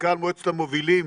מנכ"ל מועצת המובילים